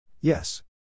Yes